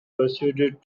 persuaded